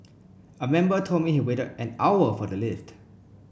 a member told me he waited an hour for the lift